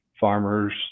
farmers